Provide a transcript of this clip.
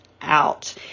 out